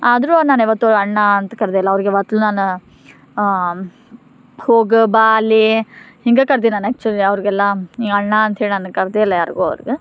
ಆದರೂ ನಾನು ಯಾವತ್ತೂ ಅಣ್ಣ ಅಂತ ಕರೆದಿಲ್ಲ ಅವ್ರಿಗೆ ಮೊದಲು ನಾನು ಹೋಗೋ ಬಾಲೇ ಹಿಂಗೆ ಕರ್ದೀನಿ ನಾನು ಆ್ಯಕ್ಚುಲಿ ಅವ್ರಿಗೆಲ್ಲ ಈ ಅಣ್ಣ ಅಂಥೇಳಿ ನಾನು ಕರೆದೇ ಇಲ್ಲ ಯಾರಿಗೂ ಅವ್ರ್ಗೆ